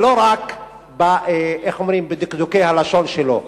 ולא רק בדקדוקי הלשון שלו.